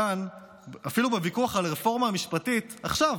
כאן אפילו בוויכוח על הרפורמה המשפטית עכשיו